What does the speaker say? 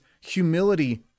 humility